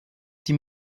die